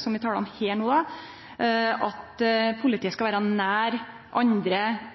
som det her er snakk om, skal vere nær andre